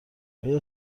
آیا